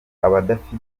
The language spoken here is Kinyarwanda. abadafite